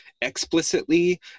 explicitly